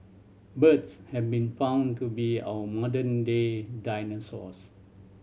birds have been found to be our modern day dinosaurs